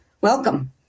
Welcome